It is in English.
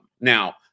Now